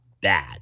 bad